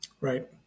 Right